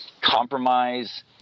compromise